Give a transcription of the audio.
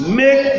make